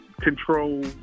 control